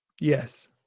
Yes